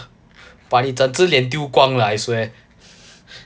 把你整只脸丢光了 I swear